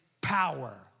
power